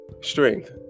strength